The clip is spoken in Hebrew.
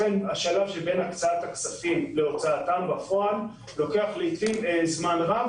השלב שבין הקצאת הכספים להוצאתם בפועל לוקח לעיתים זמן רב.